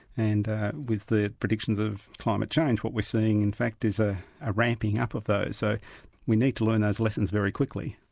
and with the predictions of climate change, what we're seeing in fact is a ah ramping up of those, so we need to learn those lessons very quickly.